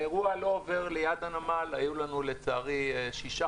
האירוע לא עובר ליד הנמל; לצערי היו לנו שישה